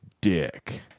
Dick